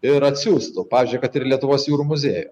ir atsiųstų pavyzdžiui kad ir į lietuvos jūrų muziejų